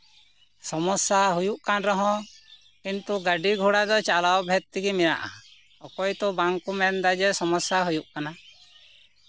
ᱥᱚᱢᱟᱥᱥᱟ ᱦᱩᱭᱩᱜ ᱠᱟᱱ ᱨᱮᱦᱚᱸ ᱠᱤᱱᱛᱩ ᱜᱟᱹᱰᱤᱼᱜᱷᱚᱲᱟ ᱫᱚ ᱪᱟᱞᱟᱣ ᱵᱷᱮᱫᱽ ᱛᱮᱜᱮ ᱢᱮᱱᱟᱜᱼᱟ ᱚᱠᱚᱭ ᱦᱚᱸᱛᱚ ᱵᱟᱝᱠᱚ ᱢᱮᱱᱮᱫᱟ ᱡᱮ ᱥᱚᱢᱚᱥᱥᱟ ᱦᱩᱭᱩᱜ ᱠᱟᱱᱟ